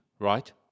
right